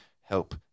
help